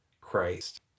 Christ